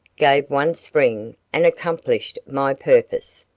gave one spring and accomplished my purpose.